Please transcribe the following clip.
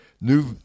New